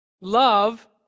Love